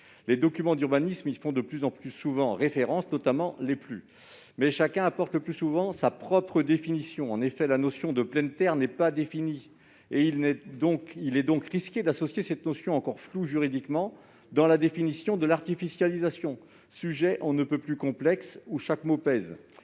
notamment les PLU, y font de plus en plus fréquemment référence, mais chacun a le plus souvent sa propre définition. En effet, la notion de pleine terre n'est pas définie ; il est donc risqué d'associer cette notion, encore floue juridiquement, à la définition de l'artificialisation, sujet on ne peut plus complexe où chaque mot pèse.